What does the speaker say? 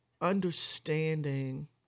understanding